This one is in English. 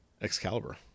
Excalibur